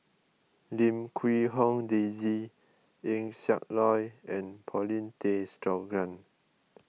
Lim Quee Hong Daisy Eng Siak Loy and Paulin Tay Straughan